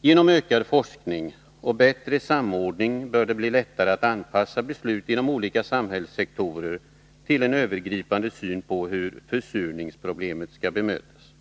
Genom ökad forskning och bättre samordning bör det bli lättare att anpassa beslut inom olika samhällssektorer till en övergripande syn på hur försurningsproblemet skall bemötas.